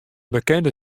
bekende